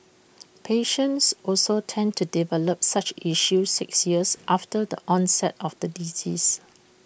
patients also tend to develop such issues six years after the onset of the disease